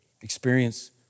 Experience